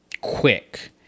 quick